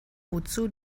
wozu